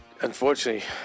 unfortunately